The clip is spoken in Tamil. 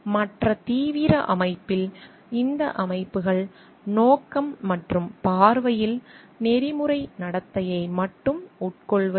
மற்ற தீவிர அமைப்பில் இந்த அமைப்புக்கள் நோக்கம் மற்றும் பார்வையில் நெறிமுறை நடத்தையை மட்டும் உட்கொள்வதில்லை